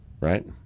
right